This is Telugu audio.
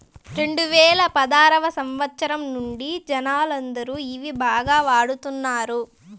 రెండువేల పదారవ సంవచ్చరం నుండి జనాలందరూ ఇవి బాగా వాడుతున్నారు